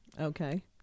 Okay